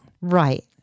right